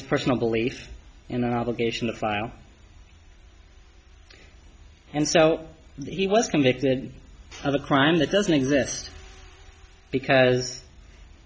his personal belief in an obligation to file and so he was convicted of a crime that doesn't exist because